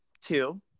Two